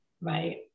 Right